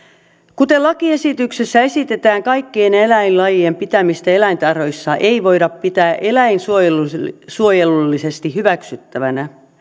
kuten lakiesityksessä esitetään kaikkien eläinlajien pitämistä eläintarhoissa ei voida pitää eläinsuojelullisesti eläinsuojelullisesti hyväksyttävänä